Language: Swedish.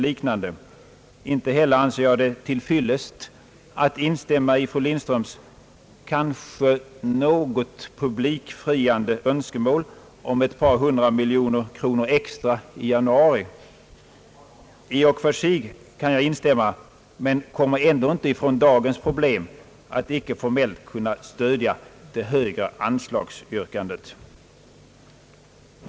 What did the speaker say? Inte heller anser jag det till fyllest att instämma i fru Lindströms kanske något publikfriande önskemål om ett par hundra miljoner kronor extra i januari. I och för sig kan jag instämma, men kommer ändå inte ifrån dagens problem: att icke formellt kunna stödja det högre anslagsyrkandet.